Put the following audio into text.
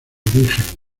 origen